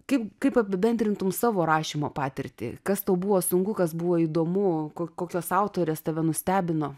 kai kaip apibendrintum savo rašymo patirtį kas tau buvo sunku kas buvo įdomu kokios autorės tave nustebino